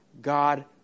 God